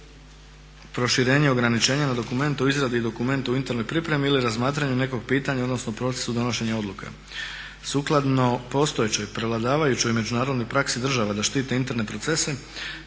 proširenje ograničenja na dokument o izradi i dokumentu u internoj pripremi ili razmatranju nekog pitanja odnosno procesu donošenja odluka. Sukladno postojećoj prevladavajućoj međunarodnoj praksi država da štite interne procese